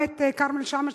גם את כרמל שאמה,